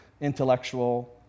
intellectual